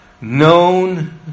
known